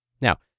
Now